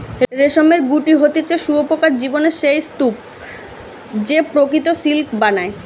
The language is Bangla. রেশমের গুটি হতিছে শুঁয়োপোকার জীবনের সেই স্তুপ যে প্রকৃত সিল্ক বানায়